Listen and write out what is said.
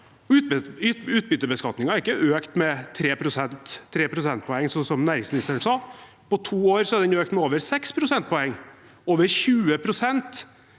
Utbyttebeskatningen er ikke økt med 3 prosentpoeng, slik som næringsministeren sa; på to år er den økt med over 6 prosentpoeng. Over 20 pst.